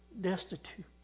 destitute